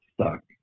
stuck